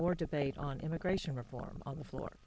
more debate on immigration reform on the floor